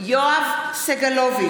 בעד יואב סגלוביץ'